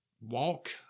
walk